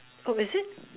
oh is it